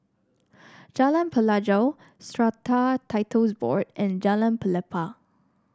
Jalan Pelajau Strata Titles Board and Jalan Pelepah